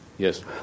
Yes